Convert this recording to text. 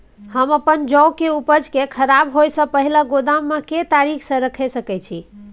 हम अपन जौ के उपज के खराब होय सो पहिले गोदाम में के तरीका से रैख सके छी?